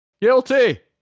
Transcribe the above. Guilty